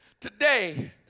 today